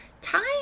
time